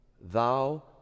thou